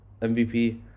MVP